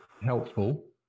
helpful